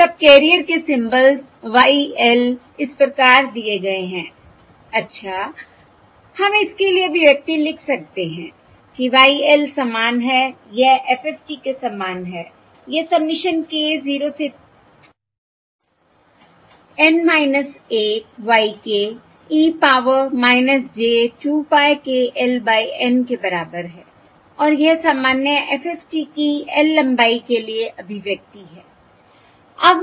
subcarrier के symbols Y l इस प्रकार दिए गए हैं अच्छा हम इसके लिए अभिव्यक्ति लिख सकते हैं कि Y l समान है यह FFT के समान है यह सबमिशन k 0 से N 1 y k e power j 2 pie k l by N के बराबर है और यह सामान्य FFT की L लंबाई के लिए अभिव्यक्ति है